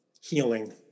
healing